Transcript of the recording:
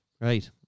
Right